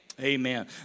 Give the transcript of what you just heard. Amen